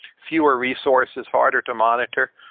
fewer resources, harder to monitor?